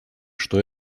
что